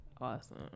awesome